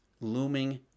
looming